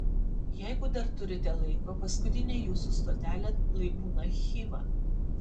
jeigu dar turite laiko paskutinė jūsų stotelė lai būna chiva